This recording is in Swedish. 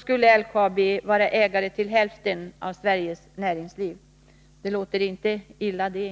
skulle LKAB vara ägare till hälften av Sveriges näringsliv. Det låter inte illa det.